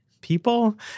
people